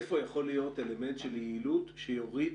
איפה יכול להיות אלמנט של יעילות שיוריד